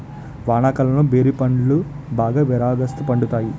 వానాకాలంలో బేరి పండ్లు బాగా విరాగాస్తు పండుతాయి